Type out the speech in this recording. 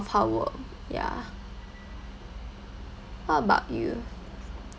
of hardwork ya how about you